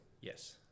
Yes